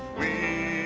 we